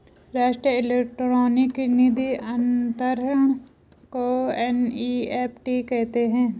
राष्ट्रीय इलेक्ट्रॉनिक निधि अनंतरण को एन.ई.एफ.टी कहते हैं